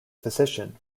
physician